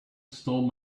stole